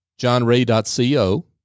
johnray.co